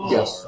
Yes